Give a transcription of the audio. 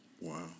Wow